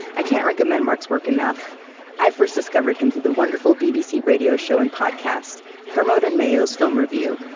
i can't recommend mark's work enough i first discovered him through the wonderful bbc radio show and podcast kermode and mayo's film review,